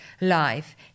life